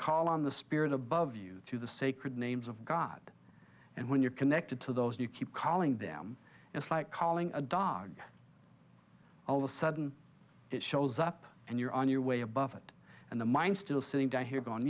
call on the spirit above you through the sacred names of god and when you're connected to those you keep calling them it's like calling a dog all of a sudden it shows up and you're on your way a buffet and the mine still sitting down here going